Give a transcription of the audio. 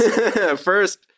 First